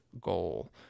goal